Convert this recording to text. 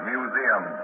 Museum